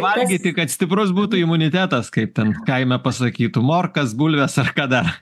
valgyti kad stiprus būtų imunitetas kaip ten kaime pasakytų morkas bulves ar ką dar